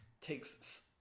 takes